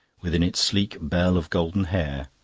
within its sleek bell of golden hair,